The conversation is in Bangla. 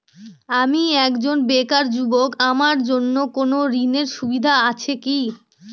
আমি একজন বেকার যুবক আমার জন্য কোন ঋণের সুবিধা আছে কি?